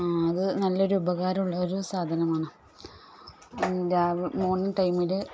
അത് നല്ലൊരു ഉപകാരമുള്ള ഒരു സാധനമാണ് മോർണിംഗ് ടൈമിൽ